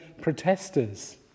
protesters